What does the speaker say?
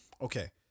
Okay